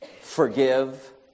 Forgive